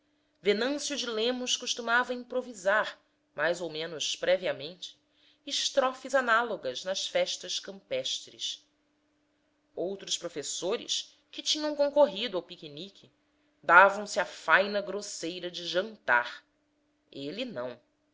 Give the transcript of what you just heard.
venâncio de lemos costumava improvisar mais ou menos previamente estrofes análogas nas festas campestres outros professores que tinham concorrido ao piquenique davam-se à faina grosseira de jantar ele não